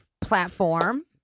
platform